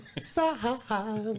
side